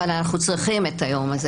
אבל אנחנו צריכים את היום הזה.